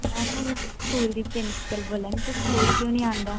में तुंदे स्कूल दी प्रिंसीपल बोला नी तूं स्कूल की निं आंदा